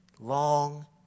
long